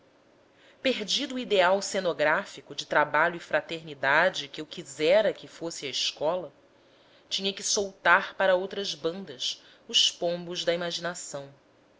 perdido o ideal cenográfico de trabalho e fraternidade que eu quisera que fosse a escola tinha que soltar para outras bandas os pombos da imaginação